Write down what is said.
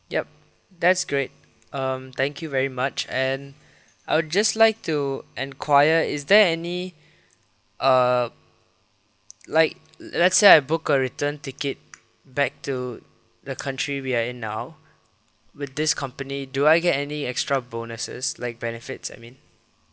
yup that's great um thank you very much and I would just like to enquire is there any uh like let's say I book a return ticket back to the country we are in now with this company do I get any extra bonuses like benefits I mean